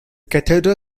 cathedral